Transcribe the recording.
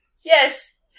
Yes